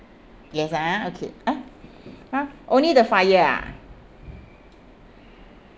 yes ah okay ah ah only the fire ah